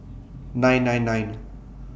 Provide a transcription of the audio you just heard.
nine nine nine